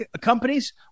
companies